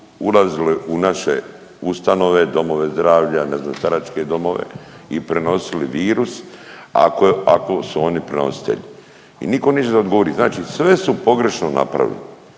ulazili u naše ustanove, domove zdravlja, ne znam staračke domove i prenosili virus ako su oni prenositelji? I niko neće da odgovori. Znači sve su pogrešno napravili,